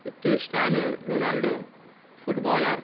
Cristiano Ronaldo fit bowler